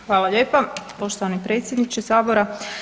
Hvala lijepa poštovani predsjedniče sabora.